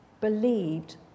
believed